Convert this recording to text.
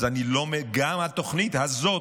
אז גם התוכנית הזאת,